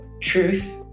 Truth